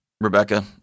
Rebecca